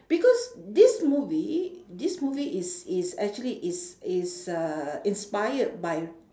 because this movie this movie is is actually is is uh inspired by